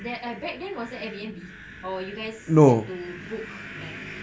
no